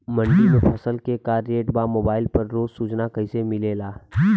मंडी में फसल के का रेट बा मोबाइल पर रोज सूचना कैसे मिलेला?